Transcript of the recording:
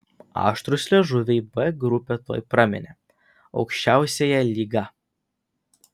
aštrūs liežuviai b grupę tuoj praminė aukščiausiąja lyga